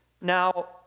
Now